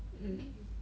okay